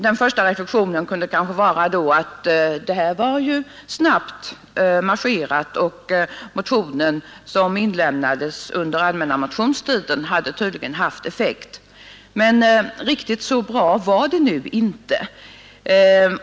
Den första reflexionen kunde kanske vara att det här var ju snabbt marscherat; motionen, som inlämnades under den allmänna motionstiden, hade tydligen haft effekt. Men riktigt så bra var det nu inte.